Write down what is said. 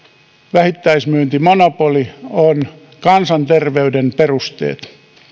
vähittäismyyntimonopoli on kansanterveyden perusteet